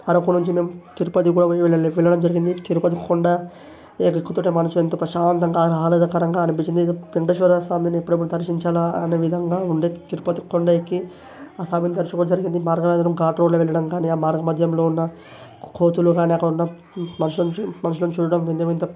అరకు నుంచి మేం తిరుపతి కూడా వెళ్ళడం జరిగింది తిరుపతి కొండ ఎక్కుతుంటే మనసు ఎంతో ప్రశాంతంగా ఆహ్లాదకరంగా అనిపిచ్చింది వేంకటేశ్వర స్వామిని ఎప్పుడెప్పుడు దర్శించాలి అనే విధంగా ఉండే తిరుపతి కొండ ఎక్కి ఆ స్వామిని దర్శించడం జరిగింది మార్గం మధ్య ఘాట్ రోడ్లో వెళ్ళడం కానీ ఆ మార్గం మధ్యంలో ఉన్న కోతులు కానీ అక్కడున్న మనుషులను చూ మనుషులను చూడడం వింత వింత